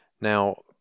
Now